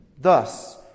Thus